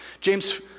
James